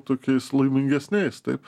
tokiais laimingesniais taip